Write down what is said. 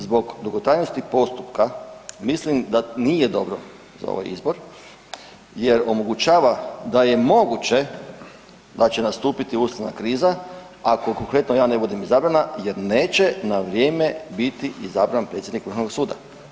Zbog dugotrajnosti postupka mislim da nije dobro za ovaj izbor jer omogućava da je moguće da će nastupiti ustavna kriza ako konkretno ja ne budem izabrana jer neće na vrijeme biti izabran predsjednik vrhovnog suda.